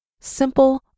simple